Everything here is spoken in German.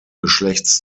geschlechts